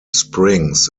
springs